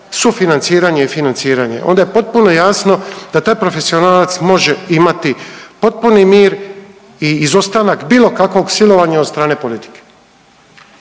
sufinanciranje i financiranje, onda je potpuno jasno da taj profesionalac može imati potpuni mir i izostanak bilo kakvog silovanja od strane politike.